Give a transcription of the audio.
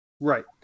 Right